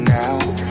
now